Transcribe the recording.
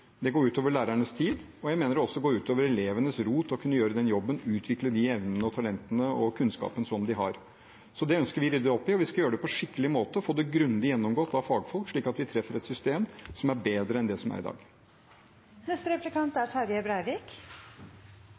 Det går ut over lærernes tid, og jeg mener det også går ut over elevenes ro til å kunne gjøre jobben med å utvikle de evnene, talentene og kunnskapene de har. Det ønsker vi å rydde opp i, og vi skal gjøre det på en skikkelig måte, få det grundig gjennomgått av fagfolk, slik at de treffer et system som er bedre enn det som er i